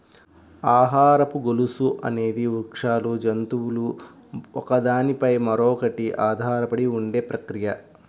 ఆహారపు గొలుసు అనేది వృక్షాలు, జంతువులు ఒకదాని పై మరొకటి ఆధారపడి ఉండే ప్రక్రియ